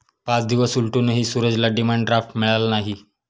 पाच दिवस उलटूनही सूरजला डिमांड ड्राफ्ट मिळाला नाही